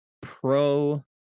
pro